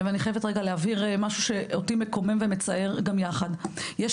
אני חייבת להבהיר משהו שאותי מקומם ומצער גם יחד: יש